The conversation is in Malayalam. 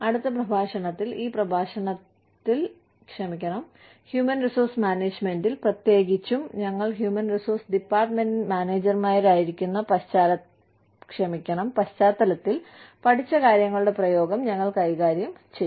അടുത്ത പ്രഭാഷണത്തിൽ ഈ പ്രഭാഷണത്തിൽ ഹ്യൂമൻ റിസോഴ്സ് മാനേജ്മെന്റിൽ പ്രത്യേകിച്ചും ഞങ്ങൾ ഹ്യൂമൻ റിസോഴ്സ് ഡിപ്പാർട്ട്മെന്റിൽ മാനേജർമാരായിരിക്കുന്ന പശ്ചാത്തലത്തിൽ പഠിച്ച കാര്യങ്ങളുടെ പ്രയോഗം ഞങ്ങൾ കൈകാര്യം ചെയ്യും